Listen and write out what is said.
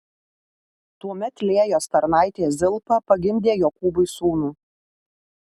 tuomet lėjos tarnaitė zilpa pagimdė jokūbui sūnų